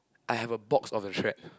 I have a box of the track